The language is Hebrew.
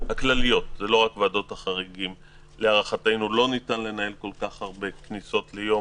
הכלליות לא ניתן להערכתנו לנהל כל כך הרבה כניסות ביום,